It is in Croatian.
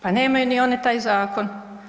Pa nemaju ni one taj zakon.